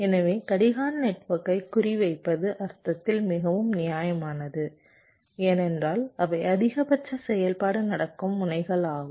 எனவே கடிகார நெட்வொர்க்கை குறிவைப்பது அர்த்தத்தில் மிகவும் நியாயமானது ஏனென்றால் அவை அதிகபட்ச செயல்பாடு நடக்கும் முனைகளாகும்